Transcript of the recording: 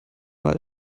mal